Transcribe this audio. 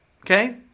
Okay